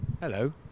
hello